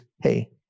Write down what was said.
hey